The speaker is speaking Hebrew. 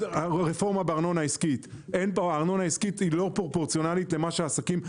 הארנונה העסקית היא לא פרופורציונלית למה שהעסקים מקבלים.